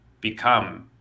become